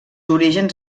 orígens